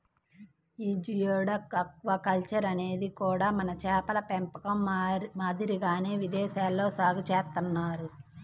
యీ geoduck aquaculture అనేది కూడా మన చేపల పెంపకం మాదిరిగానే విదేశాల్లో సాగు చేత్తన్నారు